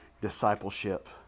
discipleship